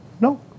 No